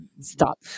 Stop